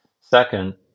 Second